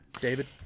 David